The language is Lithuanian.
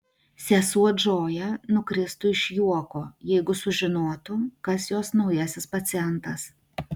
sesuo džoja nukristų iš juoko jeigu sužinotų kas jos naujasis pacientas